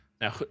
Now